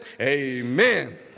Amen